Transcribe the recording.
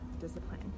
discipline